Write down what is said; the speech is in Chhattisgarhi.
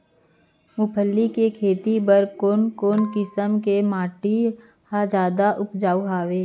मूंगफली के खेती बर कोन कोन किसम के माटी ह जादा उपजाऊ हवये?